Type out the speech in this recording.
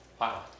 Wow